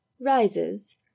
Rises